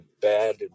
bad